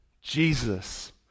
Jesus